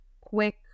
quick